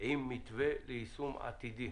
עם מתווה ליישום עתידי.